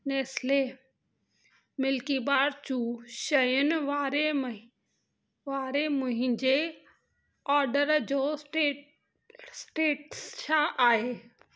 Nestle Milkybar जूं शयुनि वारे मूं वारे मुंहिंजे ऑडर जो स्टे स्टेटस छा आहे